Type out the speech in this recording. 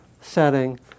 setting